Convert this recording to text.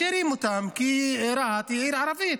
משאירים אותם כי רהט היא עיר ערבית.